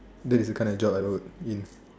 that is a colour jaw by wood